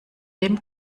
dem